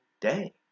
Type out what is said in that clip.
day